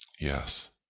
yes